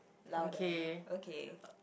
louder okay